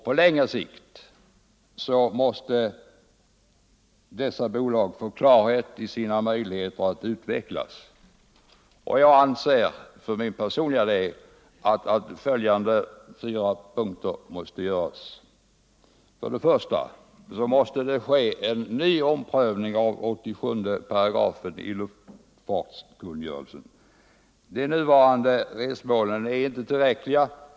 På längre sikt måste dessa bolag få klarhet om sina möjligheter att utvecklas. Jag anser för min personliga del att följande fyra punkter då är väsentliga. 1. Det måste göras en ny omprövning av 87 § luftfartskungörelsen. De nuvarande resmålen är inte tillräckliga.